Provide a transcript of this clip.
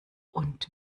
und